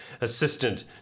assistant